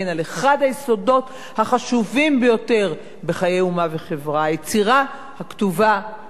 החשובים ביותר בחיי אומה וחברה: היצירה הכתובה בשפת המקור,